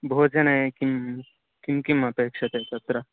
भोजने किं किं किम् अपेक्ष्यते तत्र